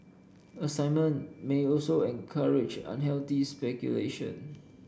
assignment may also encourage unhealthy speculation